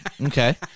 Okay